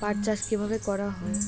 পাট চাষ কীভাবে করা হয়?